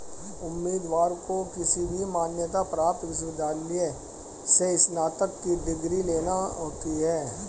उम्मीदवार को किसी भी मान्यता प्राप्त विश्वविद्यालय से स्नातक की डिग्री लेना होती है